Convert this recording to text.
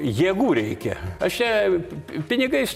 jėgų reikia o šiaip pinigais